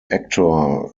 actor